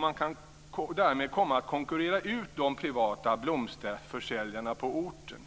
Man kan därmed komma att konkurrera ut de privata blomsterförsäljarna på orten.